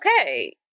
okay